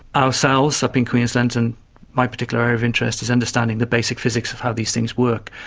ourselves up in queensland and my particular area of interest is understanding the basic physics of how these things work,